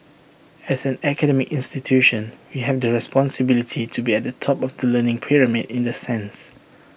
as an academic institution we have the responsibility to be at the top of the learning pyramid in the sense